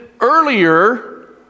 earlier